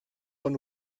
von